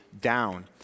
Down